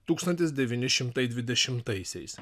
tūkstantis devyni šimtai dvidešimtaisiais